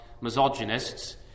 misogynists